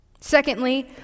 Secondly